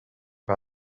par